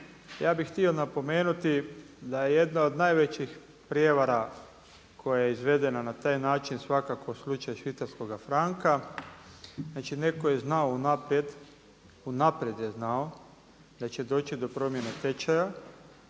ja bih htio napomenuti da je jedna od najvećih prijevara koja je izvedena na taj način svakako slučaj švicarskog franka. Znači netko je znao unaprijed, unaprijed je znao da će doći do promjene tečaja